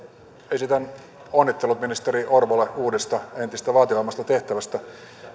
esitän onnittelut ministeri orpolle uudesta entistä vaativammasta tehtävästä